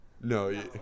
No